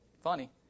funny